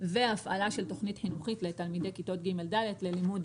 והפעלה של תכנית חינוכית לתלמידי כיתות ג'-ד' ללימוד